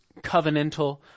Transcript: covenantal